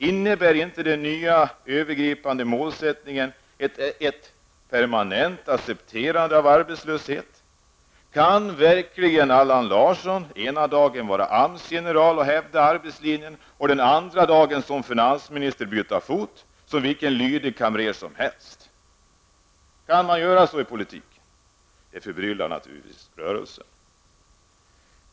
Innebär inte den nya övergripande målsättningen ett permanent accepterande av arbetslöshet? Kan verkligen Allan Larsson ena dagen vara AMS-general och hävda arbetslinjen och den andra dagen som finansminister byta fot som vilken lydig kamrer som helst? Kan man göra så i politiken? Detta förbryllar naturligtvis rörelsen.